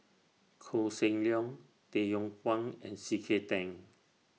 Koh Seng Leong Tay Yong Kwang and C K Tang